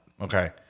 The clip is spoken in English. okay